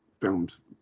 films